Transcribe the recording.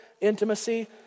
intimacy